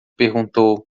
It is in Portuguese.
perguntou